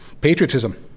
patriotism